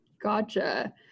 gotcha